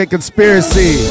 Conspiracy